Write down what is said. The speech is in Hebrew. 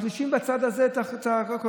מחלישים בצד הזה את האופוזיציה.